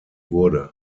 wurde